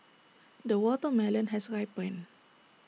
the watermelon has ripened